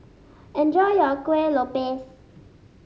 enjoy your Kuih Lopes